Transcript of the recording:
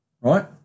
right